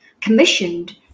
commissioned